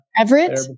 Everett